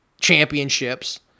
championships